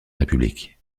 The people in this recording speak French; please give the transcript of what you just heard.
république